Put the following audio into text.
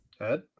Ed